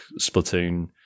Splatoon